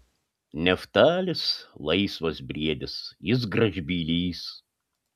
neftalis laisvas briedis jis gražbylys